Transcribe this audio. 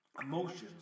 Emotions